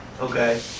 Okay